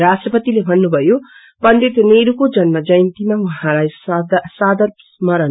राष्ट्रपतिले भुनीयो पण्डित नेहरूको जन्म जयन्तीमा उहाँलाई सादर स्मरण